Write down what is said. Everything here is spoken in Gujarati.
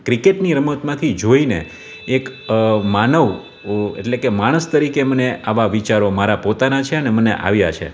ક્રિકેટની રમતમાંથી જોઈને એક માનવ એટલે કે માણસ તરીકે મને આવા વિચારો મારા પોતાના છે અને મને આવ્યા છે